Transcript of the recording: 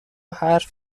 حرف